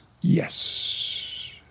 Yes